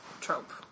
trope